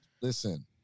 Listen